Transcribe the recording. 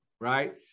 right